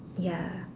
ya